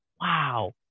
wow